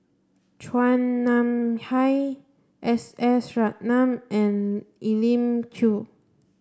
Chua Nam Hai S S Ratnam and Elim Chew